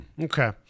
Okay